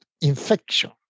infection